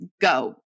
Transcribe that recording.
go